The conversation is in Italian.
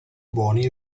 buoni